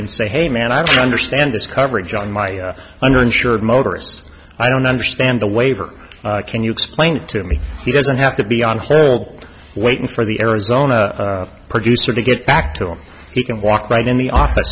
and say hey man i don't understand this coverage on my under insured motorists i don't understand the waiver can you explain it to me he doesn't have to be on hold waiting for the arizona producer to get back to him he can walk right in the office